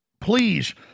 Please